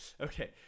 okay